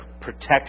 protection